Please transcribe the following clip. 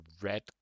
red